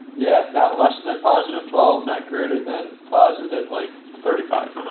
yeah. not less than than positive twelve, not greater than positive like thirty five.